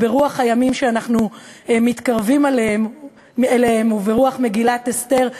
ברוח הימים שאנחנו מתקרבים אליהם וברוח מגילת אסתר,